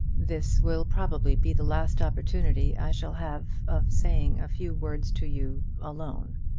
this will probably be the last opportunity i shall have of saying a few words to you alone.